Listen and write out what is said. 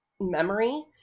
memory